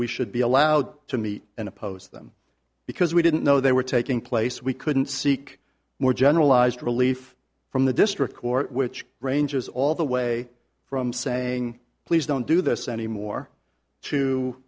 we should be allowed to meet and oppose them because we didn't know they were taking place we couldn't seek more generalized relief from the district court which ranges all the way from saying please don't do this anymore to